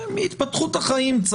התפתחות החיים.